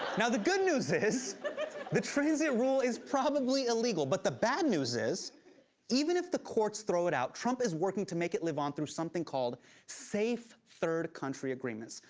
now the good news is but but the transit rule is probably illegal, but the bad news is even if the courts throw it out, trump is working to make it live on through something called safe third country agreements,